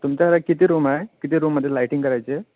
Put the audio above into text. तुमच्याकडे किती रूम आहे किती रूममध्ये लायटिंग करायचे आहे